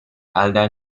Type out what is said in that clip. elden